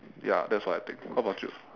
ya that's what I think how about you